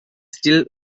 still